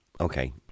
Okay